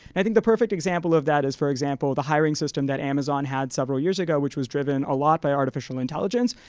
i think the perfect example of that is, for example, the hiring system that amazon had several years ago, which was driven a lot by artificial intelligence.